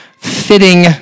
fitting